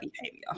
behavior